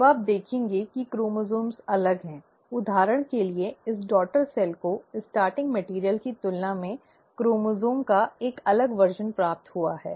अब आप देखेंगे कि क्रोमोसोम्स अलग हैं उदाहरण के लिए इस डॉटर सेल को शुरू सामग्री की तुलना में क्रोमोसोम् का एक अलग संस्करण प्राप्त हुआ है